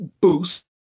Boost